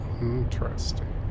Interesting